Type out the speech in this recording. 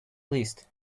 list